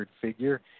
figure